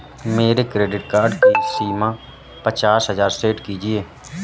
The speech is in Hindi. मेरे क्रेडिट कार्ड की सीमा पचास हजार सेट कीजिए